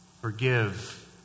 Forgive